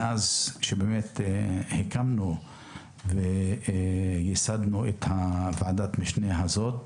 מאז שהקמנו וייסדנו את ועדת המשנה הזאת.